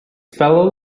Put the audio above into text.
fellow